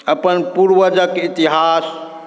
अपन पूर्वजक इतिहास